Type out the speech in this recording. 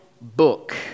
book